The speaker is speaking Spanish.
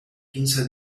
quince